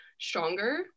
stronger